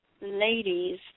ladies